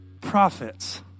prophets